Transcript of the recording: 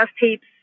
tapes